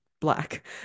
black